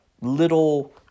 little